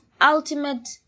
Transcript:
ultimate